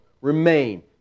Remain